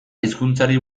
hizkuntzari